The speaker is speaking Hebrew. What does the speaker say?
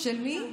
של מי?